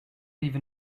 even